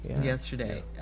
Yesterday